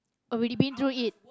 already been through it